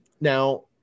Now